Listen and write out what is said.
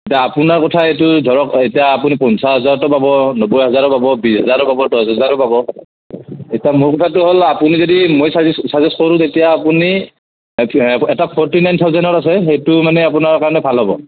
এতিয়া আপোনাৰ কথা এইটো ধৰক এতিয়া আপুনি পঞ্চাশ হাজাৰতো পাব নব্বৈ হাজাৰতো পাব বিশ হাজাৰো পাব দহ হাজাৰো পাব এতিয়া মূল কথাটো হ'ল আপুনি যদি মই চাজেষ্ট চাজেষ্ট কৰোঁ তেতিয়া আপুনি এটা ফ'ৰটি নাইন থাউচেণ্ডৰ আছে সেইটো মানে আপোনাৰ কাৰণে ভাল হ'ব